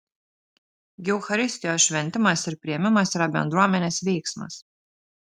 gi eucharistijos šventimas ir priėmimas yra bendruomenės veiksmas